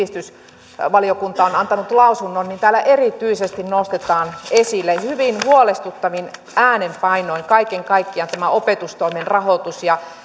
sivistysvaliokunta on antanut lausunnon niin täällä erityisesti nostetaan esille hyvin huolestuttavin äänenpainoin kaiken kaikkiaan tämä opetustoimen rahoitus